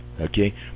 okay